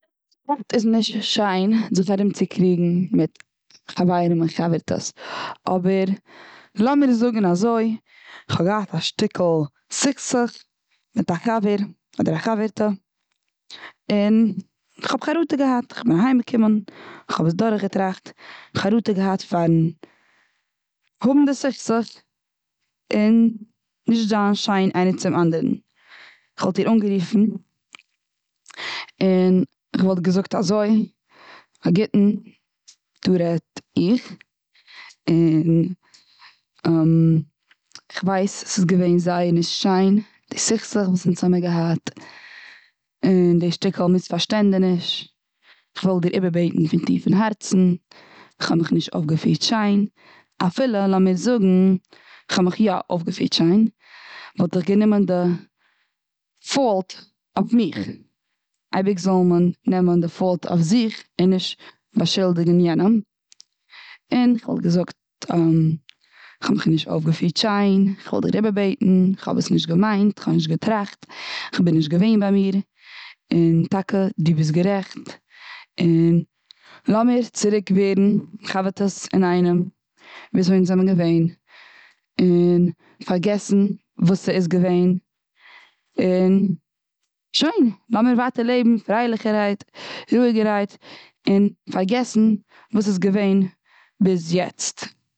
עכט איז נישט שיין זיך ארומצוקריגן מיט חברים און חבר'טעס. אבער לאמיר זאגן אזוי כ'האב געהאט א שטיקל סוכסוך מיט א חבר אדער א חבר'טע, און כ'האב חרטה געהאט. כ'בין אהיים געקומען. כ'האב עס דורך געטראכט. כ'האב חרטה געהאט פארן האבן די סוכסוך, און נישט זיין שיין איינע צום אנדערן. כ'וואלט איר אנגערופן, און כ'וואלט געזאגט אזוי: א גוטן, דא רעדט איך. און כ'ווייס אז ס'איז געווען זייער נישט שיין די סוכסוך וואס אונז האבן געהאט. און די שטיקל מיספארשטענדעניש. כ'וויל דיר איבערבעטן פון טיפן הארצן. כ'האב מיך נישט אויף געפירט שיין. אפילו לאמיר זאגן כ'האב מיך יא אויף געפירט שיין. וואלט איך גענומען די פאולט אויף זיך. אייביג זאל מען נעמען די פאולט אויף זיך. און נישט באשולדיגן יענעם. און כ'וואלט געזאגט כ'האב מיך נישט אויף געפירט שיין, כ'וויל דיר איבערבעטן. כ'האב נישט געמיינט, כ'האב נישט געטראכט, כ'בין נישט געווען ביי מיר, און טאקע דו ביזט גערעכט. און לאמיר צוריק ווערן חבר'טעס אינאיינעם, וויאזוי אונז האבן געווען. און פארגעסן וואס ס'האט געווען. און שוין. לאמיר ווייטער לעבן פרייליכערהייט, רואיגערהייט, און פארגעסן וואס איז געווען ביז יעצט.